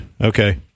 okay